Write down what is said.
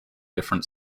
different